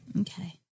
Okay